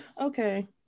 okay